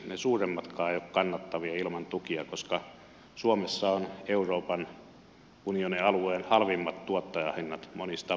ne suuremmatkaan eivät ole kannattavia ilman tukia koska suomessa on euroopan unionin halvimmat tuottajahinnat monissa tapauksissa